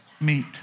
meet